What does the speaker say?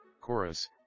Chorus